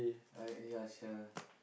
I uh ya sia